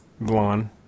blonde